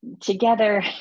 together